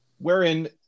wherein